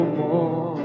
more